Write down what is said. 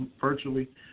virtually